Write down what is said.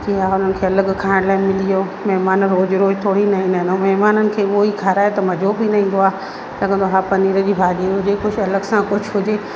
की हा उन्हनि खे अलॻि खाइण लाइ मिली वियो महिमान रोज़ु रोज़ु थोरी न ईंदा आहिनि ऐं महिमाननि खे उहो ई खाराए त मज़ो बि न ईंदो आहे लॻंदो आहे हा पनीरअ जी भाॼी हुजे कुझु अलॻि सां कुझु हुजे